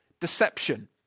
deception